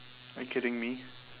are you kidding me